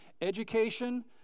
education